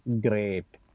Great